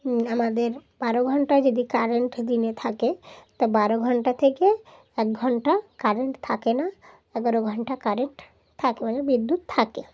আমাদের বারো ঘণ্টা যদি কারেন্ট দিনে থাকে তাো বারো ঘণ্টা থেকে এক ঘণ্টা কারেন্ট থাকে না এগারো ঘণ্টা কারেন্ট থাকে মানে বিদ্যুৎ থাকে